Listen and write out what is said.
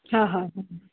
हा हा